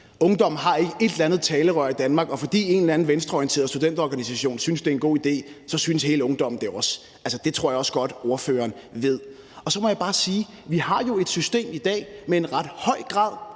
Ungdommen har ikke et eller andet talerør i Danmark, så fordi en eller anden venstreorienteret studenterorganisation synes, det er en god idé, så synes hele ungdommen det også. Altså, det tror jeg også godt at ordføreren ved. Så må jeg bare sige, at vi jo har et system i dag med en ret høj grad